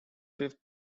fifth